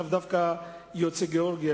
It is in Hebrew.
לאו דווקא ליוצאי גאורגיה,